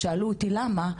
שאלו אותי למה,